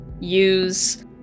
use